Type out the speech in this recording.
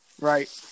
right